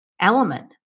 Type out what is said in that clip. element